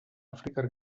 afrikar